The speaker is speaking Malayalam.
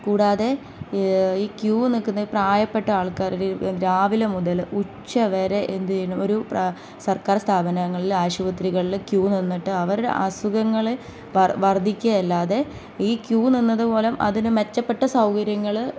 കൂടാതെ ഈ ക്യൂ നിൽക്കുന്ന പ്രായപ്പെട്ട ആൾക്കാരുടെ രാവിലെ മുതൽ ഉച്ചവരെ എന്ത് ചെയ്യുന്നു ഒരു സർക്കാർ സ്ഥാപനങ്ങളിൽ ആശുപത്രികളിൽ ക്യൂ നിന്നിട്ട് അവരുടെ അസുഖങ്ങൾ വർദ്ധിക്കുക അല്ലാതെ ഈ ക്യൂ നിന്നത് മൂലം അതിന് മെച്ചപ്പെട്ട സൗകര്യങ്ങൾ